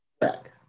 back